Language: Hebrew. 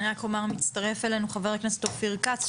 אני רק אציין שמצטרף אלינו חה"כ אופיר כץ,